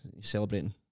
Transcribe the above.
celebrating